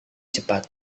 cepat